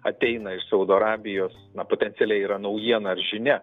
ateina iš saudo arabijos potencialiai yra naujiena ar žinia